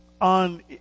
on